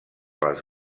les